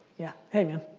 yeah, hey man.